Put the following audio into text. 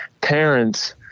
parents